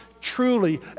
truly